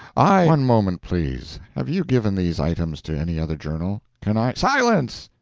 i one moment, please. have you given these items to any other journal? can i silence.